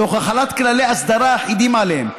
תוך החלת כללי אסדרה אחידים עליהם,